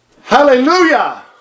Hallelujah